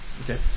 Okay